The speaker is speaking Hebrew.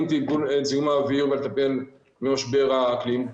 את זיהום האוויר ולטפל במשבר האקלים.